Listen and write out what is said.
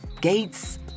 gates